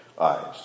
eyes